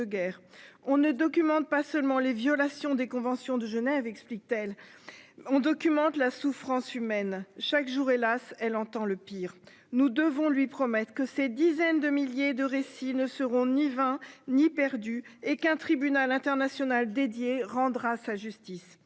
guerre on ne documente, pas seulement les violations des Conventions de Genève, explique-t-elle. On documente la souffrance humaine chaque jour hélas elle entend le pire, nous devons lui promettre que ces dizaines de milliers de récits ne seront ni vin ni perdue et qu'un tribunal international dédié rendra sa justice.